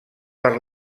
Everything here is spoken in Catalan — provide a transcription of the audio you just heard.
per